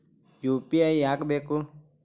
UPI ಯಾಕ್ ಬೇಕು?